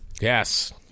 Yes